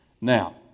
Now